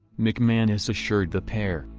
mcmanus assured the pair,